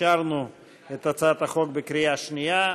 אישרנו את הצעת החוק בקריאה שנייה.